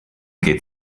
geht